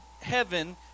heaven